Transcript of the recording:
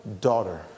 Daughter